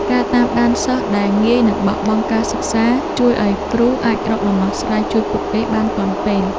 ការតាមដានសិស្សដែលងាយនឹងបោះបង់ការសិក្សាជួយឱ្យគ្រូអាចរកដំណោះស្រាយជួយពួកគេបានទាន់ពេល។